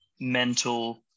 mental